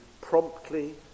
promptly